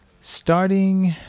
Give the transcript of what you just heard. Starting